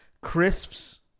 crisps